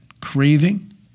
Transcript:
craving